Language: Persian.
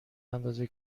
اندازه